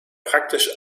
praktisch